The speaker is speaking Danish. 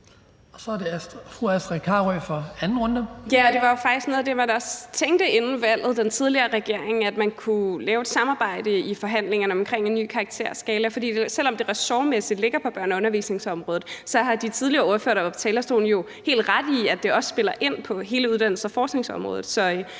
Astrid Carøe (SF): Det var jo faktisk noget af det, man også tænkte i den tidligere regering inden valget, altså at man kunne lave et samarbejde i forhandlingerne omkring en ny karakterskala, for selv om det ressortmæssigt ligger på børne- og undervisningsområdet, har de tidligere ordførere, der var på talerstolen, jo helt ret i, at det også spiller ind på hele uddannelses- og forskningsområdet